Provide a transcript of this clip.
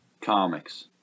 comics